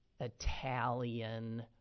Italian